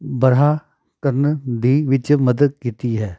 ਬੜਾ ਕਰਨ ਦੀ ਵਿੱਚ ਮਦਦ ਕੀਤੀ ਹੈ